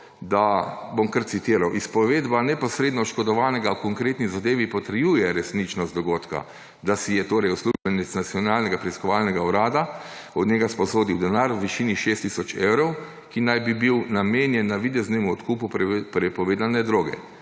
da, bom kar citiral, »izpovedba neposredno oškodovanega v konkretni zadevi potrjuje resničnost dogodka, da si je torej uslužbenec Nacionalnega preiskovalnega urada od njega sposodil denar v višini 6 tisoč evrov, ki naj bi bil namenjen navideznemu odkupu prepovedane droge,